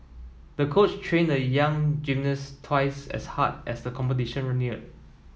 the coach trained the young gymnast twice as hard as the competition neared